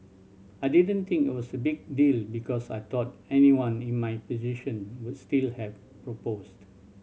I didn't think it was a big deal because I thought anyone in my position would still have proposed